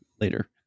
later